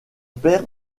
père